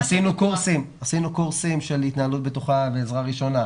עשינו קורסים של התנהלות בטוחה ועזרה ראשונה.